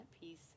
piece